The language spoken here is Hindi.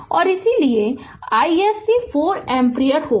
और इसलिए isc 4 एम्पीयर होगा